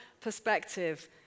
perspective